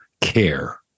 care